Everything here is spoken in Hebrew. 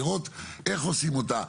לראות איך עושים אותה,